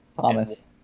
Thomas